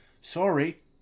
Sorry